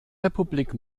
republik